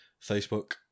Facebook